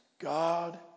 God